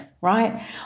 right